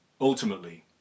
ultimately